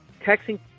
texting